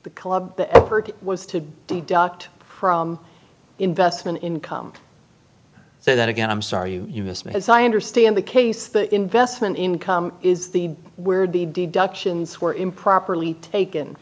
kolob the effort was to deduct from investment income so that again i'm sorry you missed me as i understand the case the investment income is the where the deductions were improperly taken